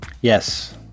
Yes